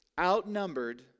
outnumbered